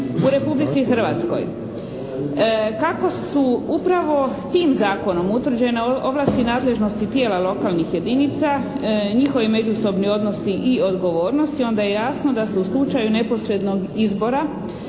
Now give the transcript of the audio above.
u Republici Hrvatskoj. Kako su upravo tim zakonom utvrđene ovlasti nadležnosti tijela lokalnih jedinica, njihovi međusobni odnosi i odgovornosti onda je jasno da se u slučaju neposrednog izbora